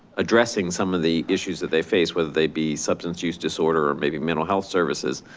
addressing some of the issues that they face, whether they be substance use disorder or maybe mental health services.